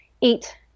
eat